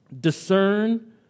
Discern